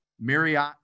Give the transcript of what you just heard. Marriott